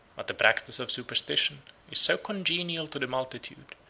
but the practice of superstition is so congenial to the multitude,